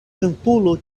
kampulo